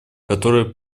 которая